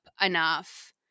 enough